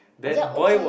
ya okay